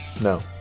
No